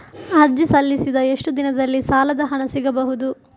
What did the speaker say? ಅರ್ಜಿ ಸಲ್ಲಿಸಿದ ಎಷ್ಟು ದಿನದಲ್ಲಿ ಸಾಲದ ಹಣ ಸಿಗಬಹುದು?